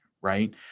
right